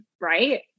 Right